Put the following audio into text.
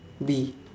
bee